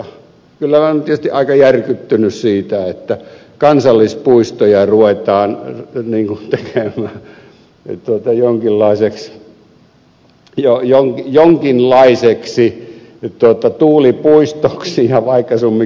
kyllä minä olen tietysti aika järkyttynyt siitä että kansallispuistoja ruvetaan tekemään jonkinlaiseksi tuulipuistoksi ja vaikka sun miksi